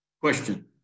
question